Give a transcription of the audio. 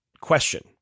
question